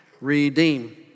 redeem